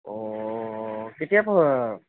অ কেতিয়াৰ পৰা